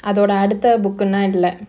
அதோட அடுத்த:athoda adutha book இல்ல:illa